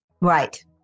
right